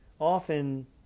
often